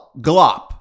glop